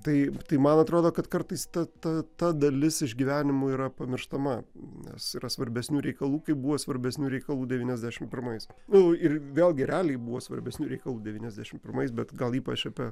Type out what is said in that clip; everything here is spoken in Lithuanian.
tai tai man atrodo kad kartais ta ta ta dalis išgyvenimų yra pamirštama nes yra svarbesnių reikalų kaip buvo svarbesnių reikalų devyniasdešimt pirmais nu ir vėlgi realiai buvo svarbesnių reikalų devyniasdešimt pirmais bet gal ypač apie